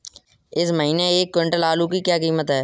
इस महीने एक क्विंटल आलू की क्या कीमत है?